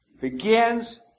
begins